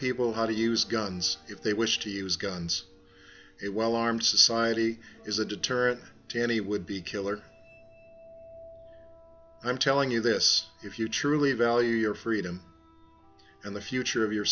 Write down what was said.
people how to use guns if they wish to use guns it well armed society is a deterrent to any would be killer i'm telling you this if you truly value your freedom and the future of your